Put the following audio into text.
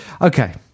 Okay